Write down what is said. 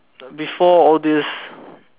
before all this